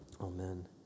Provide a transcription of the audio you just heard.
amen